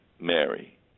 Mary